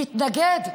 "מתנגד"?